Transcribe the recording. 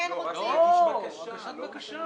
לא, הגשת בקשה.